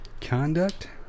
Conduct